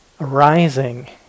arising